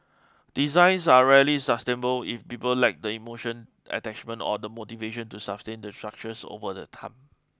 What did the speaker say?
designs are rarely sustainable if people lack the emotional attachment or the motivation to sustain the structures over the time